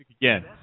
again